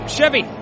Chevy